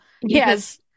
Yes